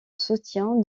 soutien